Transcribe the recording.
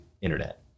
internet